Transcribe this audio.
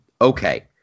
Okay